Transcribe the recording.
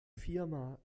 firma